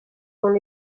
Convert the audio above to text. son